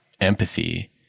empathy